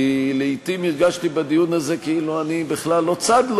כי לעתים הרגשתי בדיון הזה כאילו אני בכלל לא צד.